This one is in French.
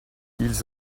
ils